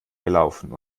gelaufen